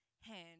hand